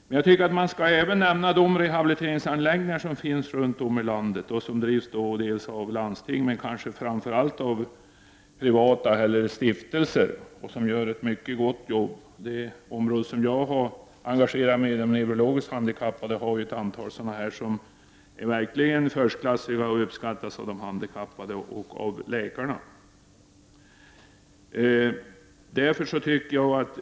Men jag tycker att man även skall nämna de rehabiliteringsanläggningar runt om i landet som drivs av landsting och kanske framför allt av privatpersoner eller stiftelser, som gör ett mycket gott jobb. Inom det område som jag har engagerat mig för, de neurologiskt handikappade, har vi ett antal sådana som verkligen är förstklassiga och uppskattas av de handikappade och läkarna.